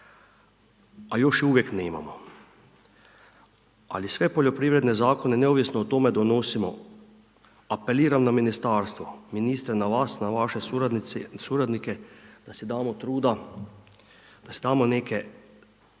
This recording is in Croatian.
a još je uvijek nemamo. Ali sve poljoprivredne zakone neovisno o tome donosimo. Apeliram na ministarstvo, ministre na vas, na vaše suradnike da si damo truda, da si damo neke